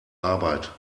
arbeit